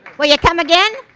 will you come again?